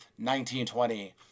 1920